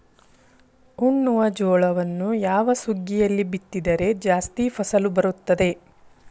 ಉಣ್ಣುವ ಜೋಳವನ್ನು ಯಾವ ಸುಗ್ಗಿಯಲ್ಲಿ ಬಿತ್ತಿದರೆ ಜಾಸ್ತಿ ಫಸಲು ಬರುತ್ತದೆ?